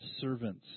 servants